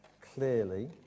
clearly